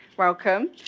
Welcome